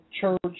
church